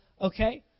okay